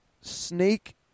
snake